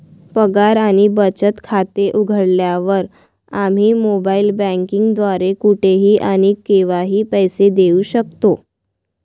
पगार आणि बचत खाते उघडल्यावर, आम्ही मोबाइल बँकिंग द्वारे कुठेही आणि केव्हाही पैसे देऊ शकतो